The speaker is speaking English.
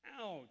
Ouch